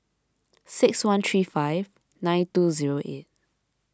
six one three five nine two zero eight